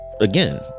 Again